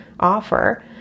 offer